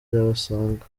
irabasanga